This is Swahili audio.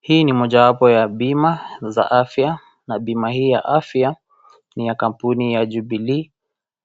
Hii ni mojawapo ya bima za afya na bima hii ya afya ni ya kampuni ya Jubilee